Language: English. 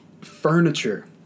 furniture